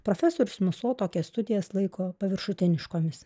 profesorius moso tokias studijas laiko paviršutiniškomis